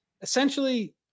essentially